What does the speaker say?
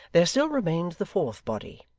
there still remained the fourth body,